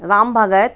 Ram Bhagat